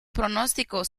pronóstico